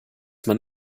man